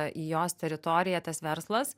į jos teritoriją tas verslas